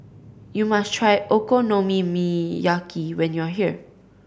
you must try Okonomiyaki when you are here